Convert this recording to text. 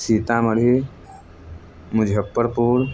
Sitamarhi Muzaffarpur